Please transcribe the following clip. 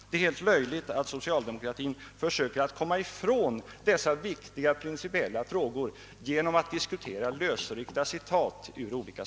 Det är helt löjligt att man på socialdemokratiskt håll försöker komma ifrån dessa viktiga principiella frågor genom att anföra lösryckta citat.